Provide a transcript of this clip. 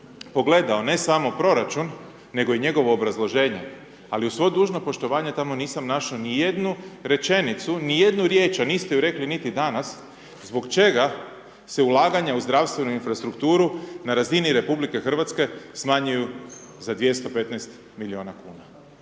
pogledao ne samo proračun, nego i njegovo obrazloženje, ali uz svo dužno poštovanje tamo nisam našao ni jednu rečenicu, ni jednu riječ, a niste ju rekli niti danas, zbog čega se ulaganja u zdravstvenu infrastrukturu na razini Republike Hrvatske smanjuju za 215 milijuna kuna.